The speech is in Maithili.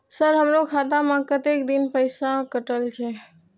सर हमारो खाता में कतेक दिन पैसा कटल छे?